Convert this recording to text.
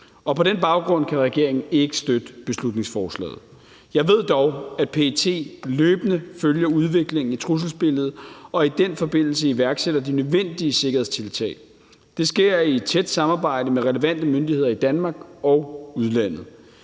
j. På den baggrund kan regeringen ikke støtte beslutningsforslaget. Jeg ved dog, at PET løbende følger udviklingen i trusselsbilledet og i den forbindelse iværksætter de nødvendige sikkerhedstiltag. Det sker i tæt samarbejde med relevante myndigheder i Danmark og udlandet.